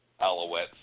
alouettes